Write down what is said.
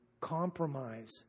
compromise